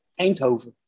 Eindhoven